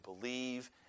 believe